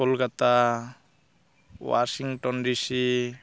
Kolkata Washington DC